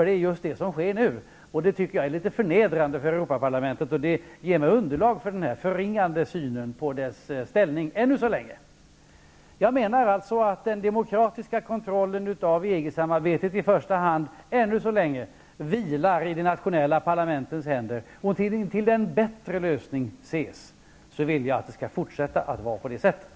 Det är just detta som nu sker, och det tycker jag är litet förnedrande för Europaparlamentet. Detta ger mig underlag för den förringande syn på dess ställning som jag än så länge har. Jag menar alltså att den demokratiska kontrollen av EG-samarbetet ännu i första hand vilar på de nationella parlamenten. Fram till dess att det finns en bättre lösning vill jag att det skall fortsätta att vara på det sättet.